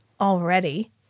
already